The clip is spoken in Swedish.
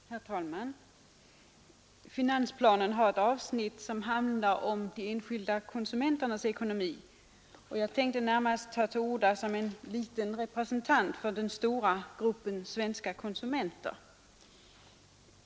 Herr talman! Finansplanen har ett avsnitt som handlar om de enskilda konsumenternas ekonomi, och jag har närmast tagit till orda som en liten representant för den stora gruppen svenska konsumenter.